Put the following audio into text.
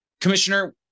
Commissioner